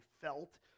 felt